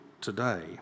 today